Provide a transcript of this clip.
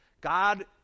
God